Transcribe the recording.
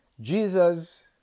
Jesus